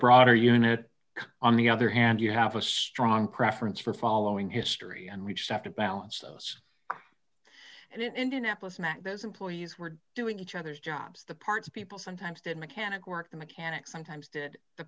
broader unit on the other hand you have a strong preference for following history and we just have to balance those and in indianapolis in that those employees were doing each other's jobs the parts people sometimes did mechanic work the mechanics sometimes did the